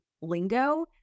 lingo